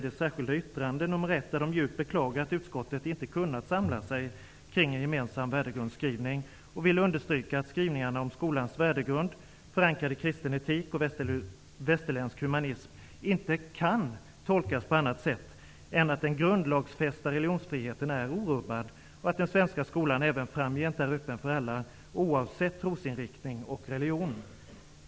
De beklagar djupt att utskottet inte kunnat samla sig kring en gemensam värdegrundsskrivning och vill understryka att skrivningarna om skolans värdegrund, förankrad i kristen etik och västerländsk humanism, inte kan tolkas på annat sätt än att den grundlagsfästa religionsfriheten är orubbad och att den svenska skolan även framgent är öppen för alla, oavsett trosinriktning och religion.